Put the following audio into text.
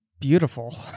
beautiful